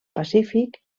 pacífic